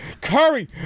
Curry